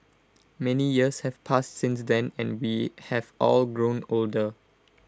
many years have passed since then and we have all grown older